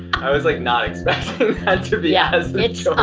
i was like not expecting that to be as